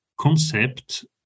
concept